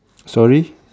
sorry